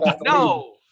No